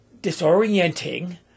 disorienting